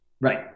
Right